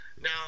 Now